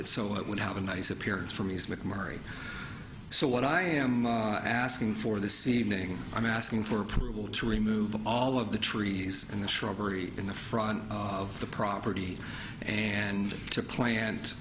it so it would have a nice appearance from us mcmurry so what i am asking for this evening i'm asking for approval to remove all of the trees in the shrubbery in the front of the property and to plant